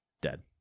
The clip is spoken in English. dead